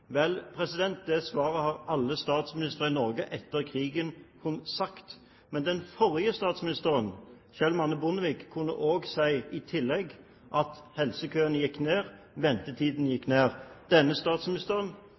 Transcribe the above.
Vel, det har alle statsministere i Norge etter krigen kunnet si, men den forrige statsministeren, Kjell Magne Bondevik, kunne i tillegg si at helsekøene gikk ned, ventetiden gikk ned. Denne statsministeren